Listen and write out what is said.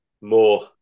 more